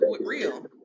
real